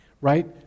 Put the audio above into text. right